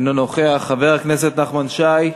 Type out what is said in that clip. אינו נוכח, חבר הכנסת נחמן שי,